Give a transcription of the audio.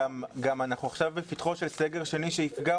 אנחנו גם עכשיו בפתחו של סגר שני שיפגע